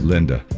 Linda